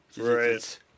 Right